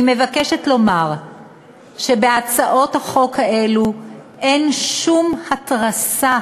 אני מבקשת לומר שבהצעות החוק האלו אין שום התרסה